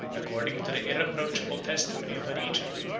according to the irreproachable testimony of origen,